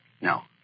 no